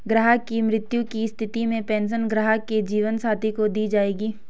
ग्राहक की मृत्यु की स्थिति में पेंशन ग्राहक के जीवन साथी को दी जायेगी